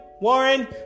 Warren